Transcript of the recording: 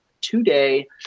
today